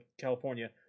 California